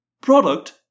product